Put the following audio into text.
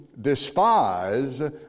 despise